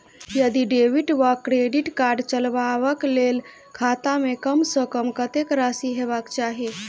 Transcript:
यदि डेबिट वा credit card चलबाक कऽ लेल खाता मे कम सऽ कम कत्तेक राशि हेबाक चाहि?